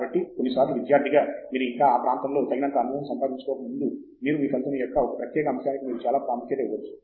కాబట్టి కొన్నిసార్లు విద్యార్థిగా మీరు ఇంకా ఈ ప్రాంతంలో తగినంత అనుభవం సంపాదించుకోకముందు మీరు మీ ఫలితం యొక్క ఒక ప్రత్యేక అంశానికి మీరు చాలా ప్రాముఖ్యత ఇవ్వవచ్చు